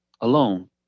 alone